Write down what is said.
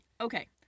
Okay